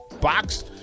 Box